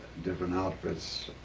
different outfits.